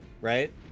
right